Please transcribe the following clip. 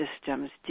systems